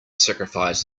sacrifice